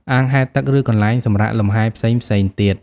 អាងហែលទឹក ឬកន្លែងសម្រាកលំហែផ្សេងៗទៀត។